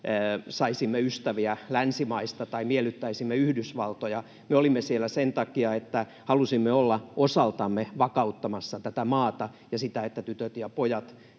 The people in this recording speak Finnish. saisimme ystäviä länsimaista tai miellyttäisimme Yhdysvaltoja. Me olimme siellä sen takia, että halusimme olla osaltamme vakauttamassa tätä maata ja sitä, että tytöt ja pojat